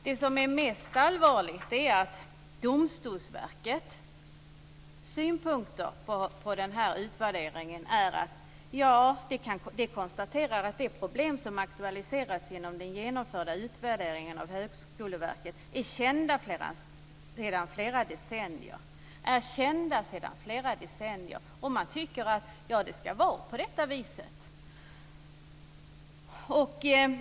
Det som är mest allvarligt är Domstolsverkets synpunkter på utvärderingen. Man konstaterar att de problem som aktualiseras genom den genomförda utvärderingen av Högskoleverket är kända sedan flera decennier. Man tycker att det ska vara på det viset.